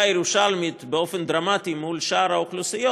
הירושלמית באופן דרמטי מול שאר האוכלוסיות,